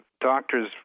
Doctors